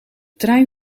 trein